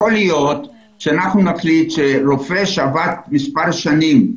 יכול להיות שאנחנו נחליט שרופא שעבד מספר שנים,